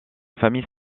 famille